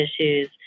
issues